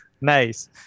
Nice